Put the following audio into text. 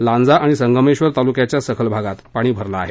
लांजा आणि संगमेश्वर तालुक्याच्या सखल भागातही पाणी भरलं आहे